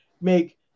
make